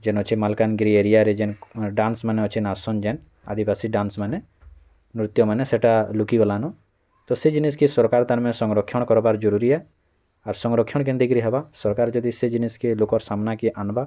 ଯେନ୍ ଅଛେ ମାଲକାନଗିରି ଏରିଆରେ ଯେନ୍ ଡ଼୍ୟାନ୍ସମାନେ ଅଛେ ନାଚସନ୍ ଯେନ୍ ଆଦିବାସୀ ଡ଼୍ୟାନ୍ସମାନେ ନୃତ୍ୟମାନେ ସେଟା ଲୁକି ଗଲାନ ତ ସେ ଜିନିଷ୍କେ ସରକାର୍ ତାର୍ ମାନେ ସଂରକ୍ଷଣ କର୍ବାର୍ ଜରୁରୀ ଏ ଆର୍ ସଂରକ୍ଷଣ କେନ୍ତି କିରି ହବା ସରକାର୍ ଯଦି ସେ ଜିନିଷ୍କେ ଲୁକର ସାମ୍ନାକକେ ଆନ୍ବା